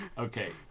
Okay